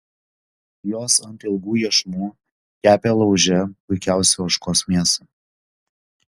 jos ant ilgų iešmų kepė lauže puikiausią ožkos mėsą